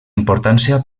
importància